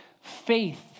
faith